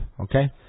okay